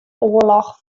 oarloch